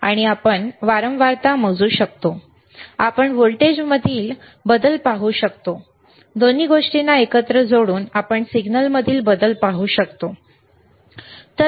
आणि आपण वारंवारता मोजू शकतो आपण व्होल्टेजमधील बदल पाहू शकतो दोन्ही गोष्टींना एकत्र जोडून आपण सिग्नलमधील बदल पाहू शकतो ठीक आहे